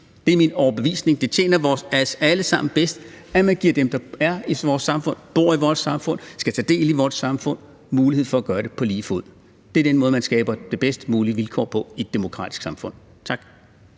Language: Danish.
Det er min overbevisning. Det tjener os alle sammen bedst, at man giver dem, der er i vores samfund, bor i vores samfund, skal tage del i vores samfund, en mulighed for at gøre det på lige fod. Det er den måde, man skaber de bedst mulige vilkår på i et demokratisk samfund. Tak.